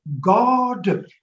God